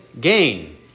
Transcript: gain